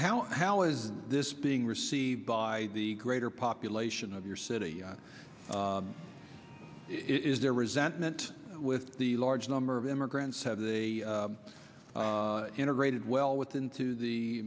how how is this being received by the greater population of your city is there resentment with the large number of immigrants have they integrated well with into the